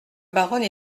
baronne